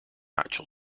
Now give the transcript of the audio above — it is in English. actual